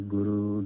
Guru